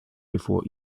before